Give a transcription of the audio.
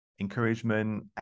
Encouragement